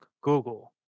Google